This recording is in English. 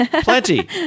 plenty